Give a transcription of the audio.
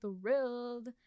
thrilled